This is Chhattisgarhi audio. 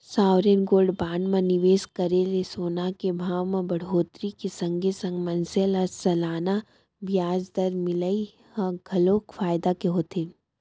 सॉवरेन गोल्ड बांड म निवेस करे ले सोना के भाव म बड़होत्तरी के संगे संग मनसे ल सलाना बियाज दर मिलई ह घलोक फायदा के होथे